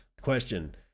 Question